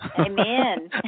Amen